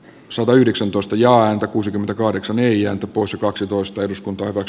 satayhdeksäntoista jaa ääntä kuusikymmentäkahdeksan eija pusa kaksitoista eduskunta ovat